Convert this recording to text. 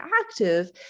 active